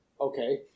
Okay